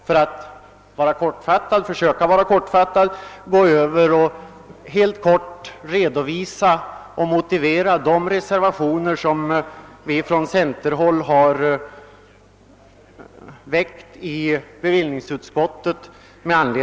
För att försöka fatta mig kort skall jag gå över till att redovisa och motivera de reservationer som från centerpartihåll ha gjorts i bevillningsutskottet.